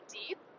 deep